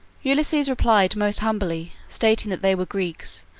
ulysses replied most humbly, stating that they were greeks,